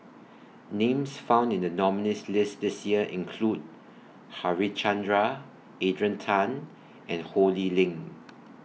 Names found in The nominees' list This Year include Harichandra Adrian Tan and Ho Lee Ling